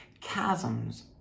chasms